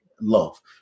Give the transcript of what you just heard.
love